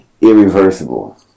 Irreversible